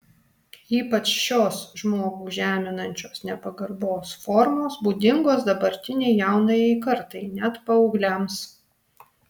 ypač šios žmogų žeminančios nepagarbos formos būdingos dabartinei jaunajai kartai net paaugliams